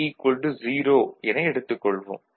VA0 என எடுத்துக் கொள்வோம்